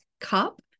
cup